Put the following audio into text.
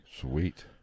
Sweet